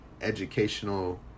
educational